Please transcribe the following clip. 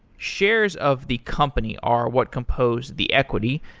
shares of the company are what compose the equity.